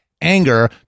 anger